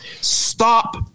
Stop